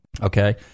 okay